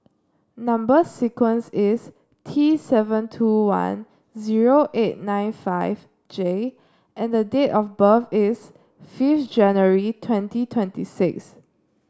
number sequence is T seven two one zero eight nine five J and the date of birth is fifth January twenty twenty six